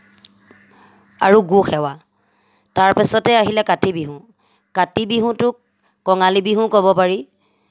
আৰু গো সেৱা তাৰপিছতেই আহিলে কাতি বিহু কাতি বিহুটোক কঙালী বিহুও ক'ব পাৰি